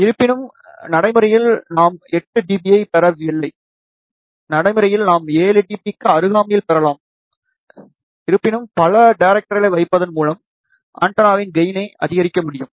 இருப்பினும் நடைமுறையில் நாம் 8 db யைப் பெறவில்லை நடைமுறையில் நாம் 7 db க்கு அருகாமையில் பெறலாம் இருப்பினும் பல டேரைக்டரைகளை வைப்பதன் மூலம் ஆண்டெனாவின் கெயினை அதிகரிக்க முடியும்